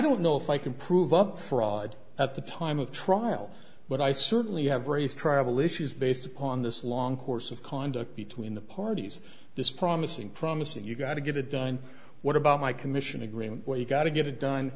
don't know if i can prove up fraud at the time of trial but i certainly have raised travel issues based upon this long course of conduct between the parties this promising promising you've got to get it done what about my commission agreement well you got to get it done